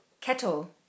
Kettle